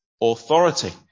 Authority